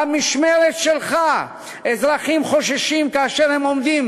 במשמרת שלך אזרחים חוששים כאשר הם עומדים